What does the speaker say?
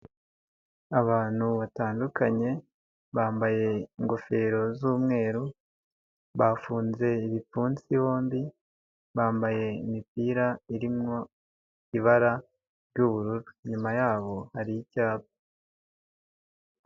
Abantu batandukanye bambaye ingofero z'umweru bafunze ibipfunsi bombi, bambaye imipira irimo ibara ry'ubururu inyuma yaho hari icyapa.